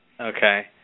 Okay